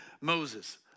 Moses